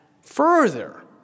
further